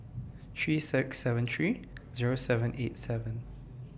three six seven three Zero seven eight seven